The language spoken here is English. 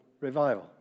revival